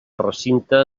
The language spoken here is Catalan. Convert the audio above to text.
recinte